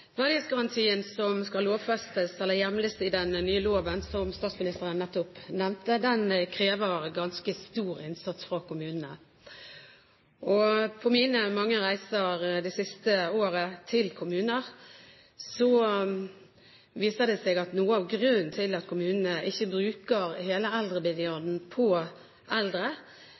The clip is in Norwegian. hjemles i den nye loven, som statsministeren nettopp nevnte, krever ganske stor innsats fra kommunene. På mine mange reiser til kommuner det siste året har det vist seg at noe av grunnen til at kommunene ikke bruker hele eldremilliarden på eldre,